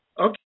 Okay